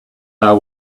are